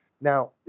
Now